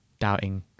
doubting